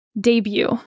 debut